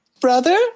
Brother